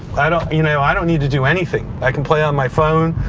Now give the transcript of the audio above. i don't you know i don't need to do anything. i can play on my phone.